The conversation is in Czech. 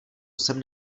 jsem